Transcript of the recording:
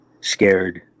scared